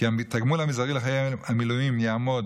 כי התגמול המזערי לחיילי המילואים יעמוד